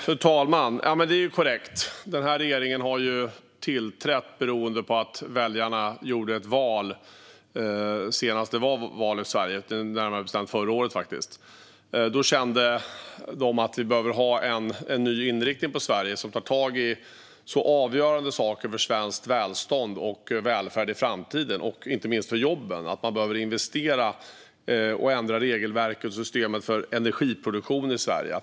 Fru talman! Det är korrekt att regeringen har tillträtt beroende på att väljarna gjorde ett val senast det var val i Sverige - närmare bestämt förra året, faktiskt. Då kände väljarna att det behövdes en ny inriktning för Sverige, där vi tar tag i så avgörande saker som svenskt välstånd och välfärd i framtiden - och inte minst jobben. Vi behöver investera i och ändra regelverken och systemet för energiproduktion i Sverige.